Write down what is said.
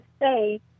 say